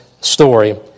story